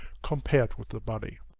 compared with the body.